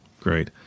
Great